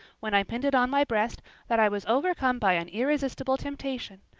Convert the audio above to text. when i pinned it on my breast that i was overcome by an irresistible temptation.